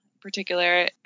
particular